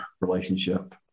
relationship